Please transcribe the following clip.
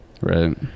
Right